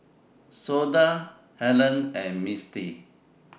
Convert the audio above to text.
Shonda Hellen and Mistie